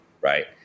right